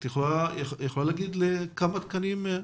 האם את יכולה להגיד כמה תקנים?